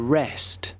rest